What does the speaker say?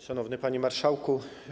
Szanowny Panie Marszałku!